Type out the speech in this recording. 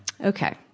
Okay